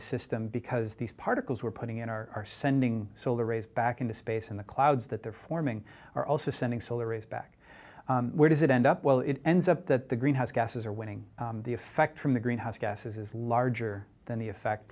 the system because these particles we're putting in are sending solar rays back into space and the clouds that they're forming are also sending solar rays back where does it end up well it ends up that the greenhouse gases are winning the effect from the greenhouse gases is larger than the effect